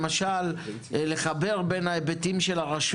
למשל לחבר בין ההיבטים של הרשויות.